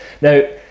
Now